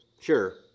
Sure